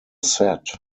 set